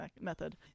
method